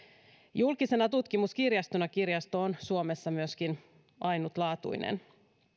julkisena tutkimuskirjastona kirjasto on suomessa myöskin ainutlaatuinen